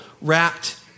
wrapped